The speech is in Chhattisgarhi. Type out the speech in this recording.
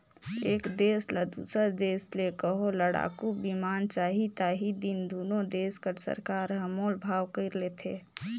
एक देस ल दूसर देस ले कहों लड़ाकू बिमान चाही ता ही दिन दुनो देस कर सरकार हर मोल भाव कइर लेथें